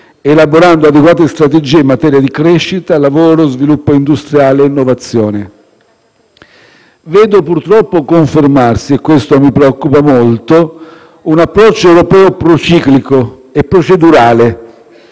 elaborando adeguate strategie in materia di crescita, lavoro, sviluppo industriale e innovazione. Vedo purtroppo confermarsi - questo mi preoccupa molto - un approccio europeo prociclico e procedurale,